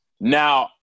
Now